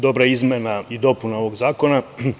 Dobra je izmena i dopuna ovog zakona.